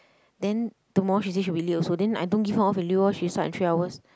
then tomorrow she said she will be late also then I don't give her off in lieu lor she start at three hours